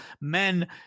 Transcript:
men